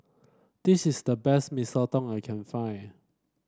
this is the best Mee Soto I can find